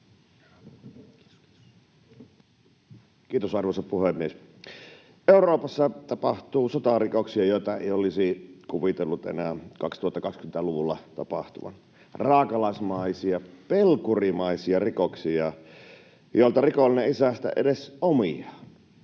Kiitos, arvoisa puhemies! Euroopassa tapahtuu sotarikoksia, joita ei olisi kuvitellut enää 2020-luvulla tapahtuvan, raakalaismaisia, pelkurimaisia rikoksia, joilta rikollinen ei säästä edes omiaan.